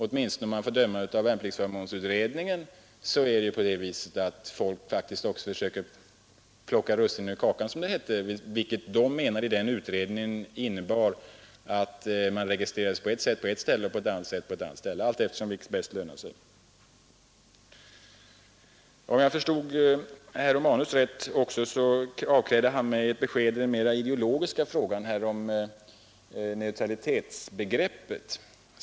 Åtminstone om jag får döma av värnpliktsförmånsutredningen försöker folk faktiskt plocka russinen ur kakan, som det heter, vilket utredningen menar innebär att man registreras på ett sätt på ett ställe och på ett annat sätt på ett annat ställe, alltefter vilket som bäst lönar sig. Om jag förstod herr Romanus rätt avkrävde han mig också ett besked i den mera ideologiska frågan om neutralitetsbegreppet.